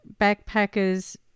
backpackers